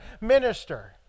minister